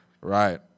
Right